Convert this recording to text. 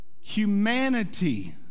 humanity